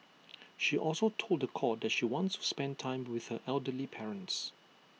she also told The Court that she wants to spend time with her elderly parents